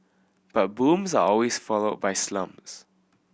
but booms are always followed by slumps